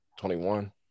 21